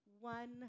one